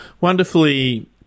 wonderfully